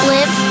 Live